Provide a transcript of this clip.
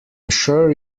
sure